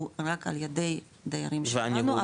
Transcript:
הוא רק על ידי דיירים שלנו,